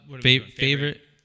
Favorite